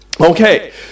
Okay